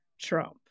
Trump